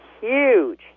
huge